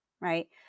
right